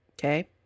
Okay